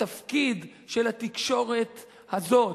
התפקיד של התקשורת הזאת,